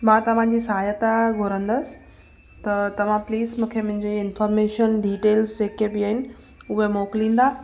मां तव्हांजी सहायता घुरंदसि त तव्हां प्लीज मूंखे मुंहिंजे इंफॉर्मेशन डिटेल्स जेके बि आहिनि उहे मोकिलींदा